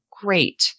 great